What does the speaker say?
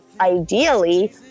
ideally